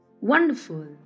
Wonderful